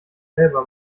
selber